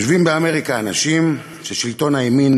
יושבים באמריקה אנשים ששלטון הימין